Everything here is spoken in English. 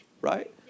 Right